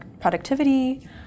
productivity